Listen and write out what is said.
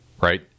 right